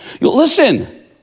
Listen